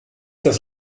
das